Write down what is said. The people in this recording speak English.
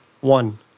One